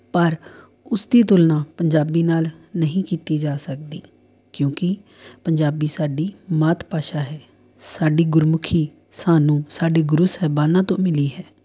ਪਰ ਉਸ ਦੀ ਤੁਲਨਾ ਪੰਜਾਬੀ ਨਾਲ਼ ਨਹੀਂ ਕੀਤੀ ਜਾ ਸਕਦੀ ਕਿਉਂਕਿ ਪੰਜਾਬੀ ਸਾਡੀ ਮਾਤ ਭਾਸ਼ਾ ਹੈ ਸਾਡੀ ਗੁਰਮੁਖੀ ਸਾਨੂੰ ਸਾਡੇ ਗੁਰੂ ਸਾਹਿਬਾਨਾਂ ਤੋਂ ਮਿਲੀ ਹੈ